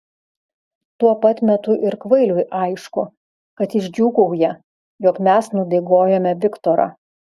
tuo pat metu ir kvailiui aišku kad jis džiūgauja jog mes nudaigojome viktorą